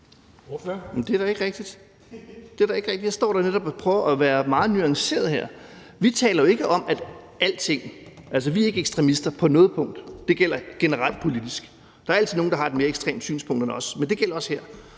det er da ikke rigtigt. Jeg står da netop og prøver at være meget nuanceret her. Vi taler jo ikke om alting. Altså, vi er ikke ekstremister på noget punkt, det gælder generelt politisk. Der er altid nogle, der har et mere ekstremt synspunkt end os, og det gælder også her.